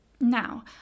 Now